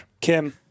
Kim